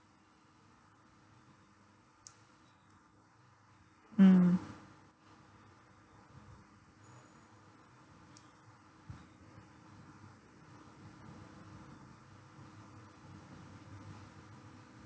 mm